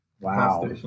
Wow